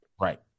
Right